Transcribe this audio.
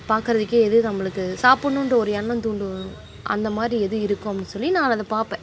பார்க்கறதுக்கே எது நம்மளுக்கு சாப்பிட்ணுன்ற ஒரு எண்ணம் தோணும் அந்த மாதிரி எது இருக்கும் அப்படின்னு சொல்லி நான் அதை பார்ப்பேன்